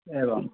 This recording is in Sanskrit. एवम्